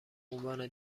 عنوان